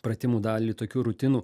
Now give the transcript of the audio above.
pratimų dalį tokių rutinų